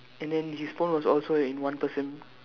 and then his phone was also in one percent